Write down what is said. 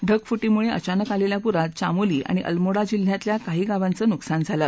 ढगफुटीमुळं अचानक आलखा पुरात चामोली आणि अल्मोडा जिल्ह्यातल्या काही गावांचं नुकसान झालं